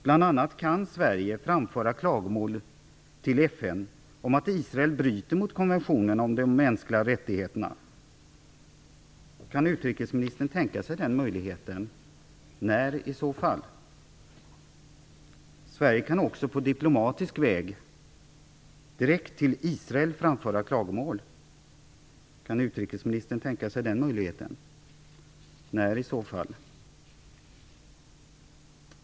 Sverige kan bl.a. framföra klagomål till FN om att Israel bryter mot konventionen om de mänskliga rättigheterna. Kan utrikesministern tänka sig den möjligheten och i så fall när? Sverige kan också på diplomatisk väg direkt till Israel framföra klagomål. Kan utrikesministern tänka sig den möjligheten och i så fall när?